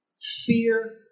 Fear